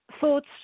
thoughts